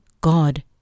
God